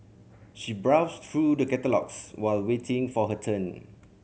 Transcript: she browsed through the catalogues while waiting for her turn